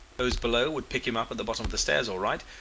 those below would pick him up at the bottom of the stairs all right.